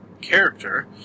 Character